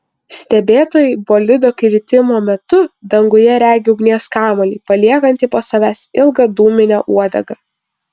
stebėtojai bolido kritimo metu danguje regi ugnies kamuolį paliekantį po savęs ilgą dūminę uodegą